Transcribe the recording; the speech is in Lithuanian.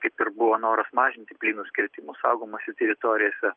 kaip ir buvo noras mažinti plynus kirtimus saugomose teritorijose